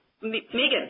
Megan